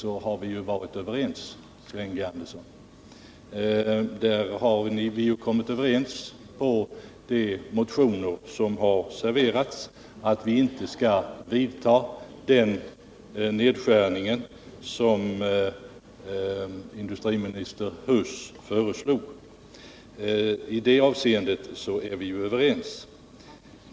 Vi har ju varit överens på den punkten, och i de motioner som avlämnats har vi också framfört ståndpunkten att vi inte skall vidta den nedskärning som industriminister Huss föreslog. I det avseendet är vi alltså överens.